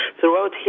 throughout